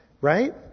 Right